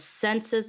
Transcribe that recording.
senses